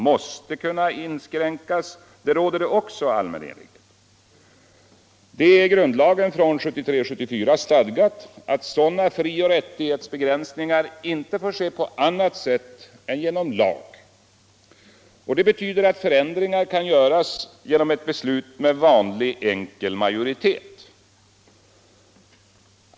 Det är i grundlagen från 1973-1974 stadgat att sådana frioch rättighetsbegränsningar inte får ske på annat sätt än genom lag. Det betyder att förändringar kan göras genom ett beslut med vanlig enkel majoritet.